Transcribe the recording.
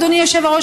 אדוני היושב-ראש,